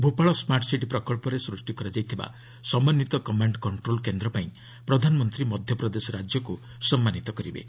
Bhopal smart city ପ୍ରକଳ୍ପରେ ସୃଷ୍ଟି କରାଯାଇଥିବା ସମନ୍ୱିତ କମାଣ୍ଡ କଣ୍ଟ୍ରୋଲ୍ କେନ୍ଦ୍ର ପାଇଁ ପ୍ରଧାନମନ୍ତ୍ରୀ ମଧ୍ୟପ୍ରଦେଶ ରାଜ୍ୟକୁ ସମ୍ମାନିତ କରିବେ